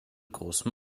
großem